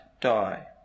die